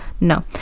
no